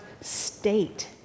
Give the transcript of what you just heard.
state